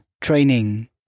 training